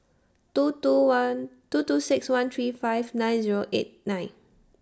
two two one two two six one three five nine Zero eight nine